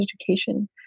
education